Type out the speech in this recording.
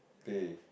teh